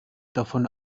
davon